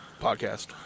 podcast